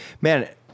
man